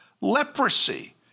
leprosy